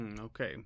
okay